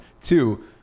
two